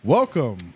Welcome